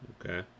Okay